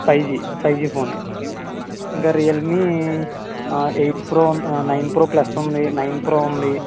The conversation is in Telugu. ఫై జీ ఫై జీ ఫోన్ ఇంకా Realme eight pro nine pro plus ఉంది నైన్ ప్రో ఉంది